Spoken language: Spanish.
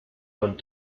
con